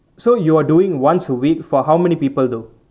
so you're doing once a week for how many people though